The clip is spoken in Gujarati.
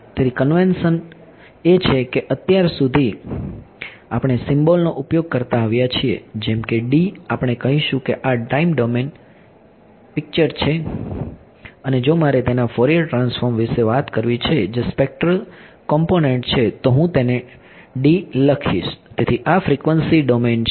તેથી કન્વેન્શન એ છે કે અત્યાર સુધી આપણે સિમ્બોલનો ઉપયોગ કરતા આવ્યા છીએ જેમ કે આપણે કહીશું કે આ ટાઈમ ડોમેન પિક્ચર છે અને જો મારે તેના ફોરિયર ટ્રાન્સફોર્મ વિશે વાત કરવી છે જે સ્પેક્ટ્રલ કોમ્પોનેન્ટ છે તો હું તેને લખીશ તેથી આ ફ્રીક્વન્સી ડોમેન છે